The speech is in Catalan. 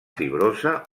fibrosa